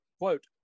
quote